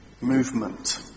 movement